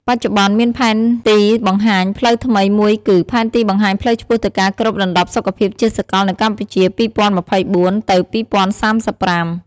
បច្ចុប្បន្ន មានផែនទីបង្ហាញផ្លូវថ្មីមួយគឺ "ផែនទីបង្ហាញផ្លូវឆ្ពោះទៅការគ្របដណ្ដប់សុខភាពជាសកលនៅកម្ពុជា ២០២៤ ទៅ ២០៣៥"។